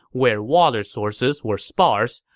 where water sources were sparse,